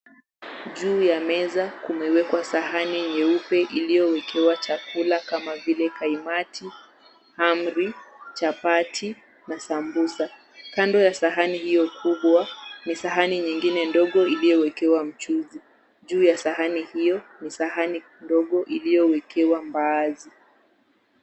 Juu ya meza kumewekwa sahani nyeupe iliyowekewa chakula kama vile kaimati, hamri, chapati na sambusa. Kando ya sahani hiyo kubwa ni sahani nyingine ndogo iliyowekewa mchuzi. Juu ya sahani hiyo ni sahani ndogo iliyowekewa mbaazi.